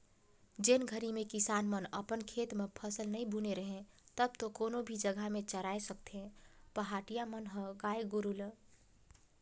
जेन घरी में किसान मन अपन खेत म फसल नइ बुने रहें तब तो कोनो भी जघा में चराय सकथें पहाटिया मन ह गाय गोरु ल